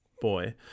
boy